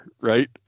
right